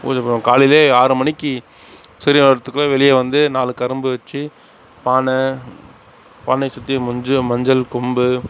பூஜை போடுவாங்க காலையிலேயே ஆறு மணிக்கு சூரியன் வர்றதுக்குள்ள வெளியே வந்து நாலு கரும்பு வச்சு பானை பானையை சுற்றி மஞ்ச மஞ்சள் கொம்பு